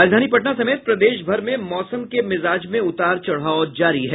राजधानी पटना समेत प्रदेशभर में मौसम के मिजाज में उतार चढ़ाव जारी है